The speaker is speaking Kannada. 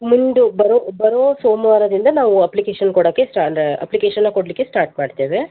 ಮುಂದು ಬರೋ ಬರೋ ಸೋಮವಾರದಿಂದ ನಾವು ಅಪ್ಲಿಕೇಷನ್ ಕೊಡಕ್ಕೆ ಸ್ಟ್ಯಾಂಡ ಅಪ್ಲಿಕೇಷನ್ನ ಕೊಡಲಿಕ್ಕೆ ಸ್ಟಾರ್ಟ್ ಮಾಡ್ತೇವೆ